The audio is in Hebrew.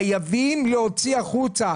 חייבים להוציא החוצה.